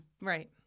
Right